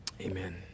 amen